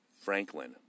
Franklin